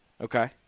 okay